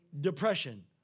depression